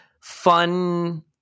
fun